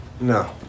No